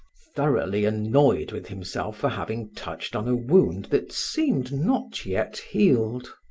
thoroughly annoyed with himself for having touched on a wound that seemed not yet healed.